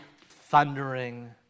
thundering